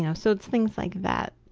yeah so it's things like that,